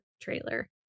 trailer